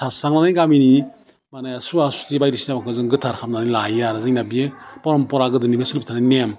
सारस्रांनानै गामिनि माने सुवा सुथि बायदिसिनाखौ जों गोथार खालामनानै लायो आरो जोंना बियो परमफरा गोदोनिफ्राय सोलिबाय थानाय नेम